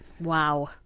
Wow